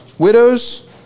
Widows